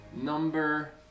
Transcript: number